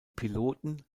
piloten